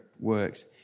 works